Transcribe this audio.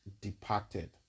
departed